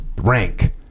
rank –